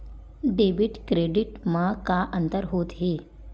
Debit credit मा का अंतर होत हे?